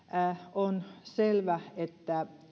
on selvää että